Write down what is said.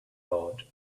road